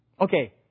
Okay